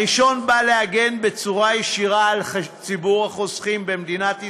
הראשון בא להגן בצורה ישירה על ציבור החוסכים במדינת ישראל,